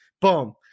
boom